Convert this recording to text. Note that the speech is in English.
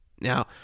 Now